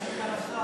אדוני סגן השר.